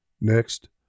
Next